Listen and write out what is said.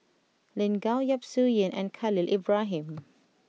Lin Gao Yap Su Yin and Khalil Ibrahim